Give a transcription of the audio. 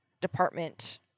department